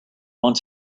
want